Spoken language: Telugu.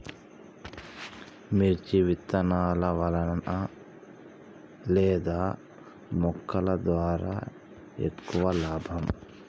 మిర్చి విత్తనాల వలన లేదా మొలకల ద్వారా ఎక్కువ లాభం?